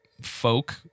folk